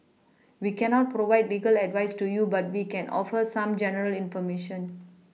we cannot provide legal advice to you but we can offer some general information